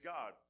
God